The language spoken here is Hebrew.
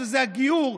שזה הגיור,